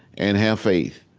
and have faith.